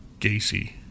Gacy